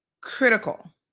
critical